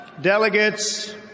delegates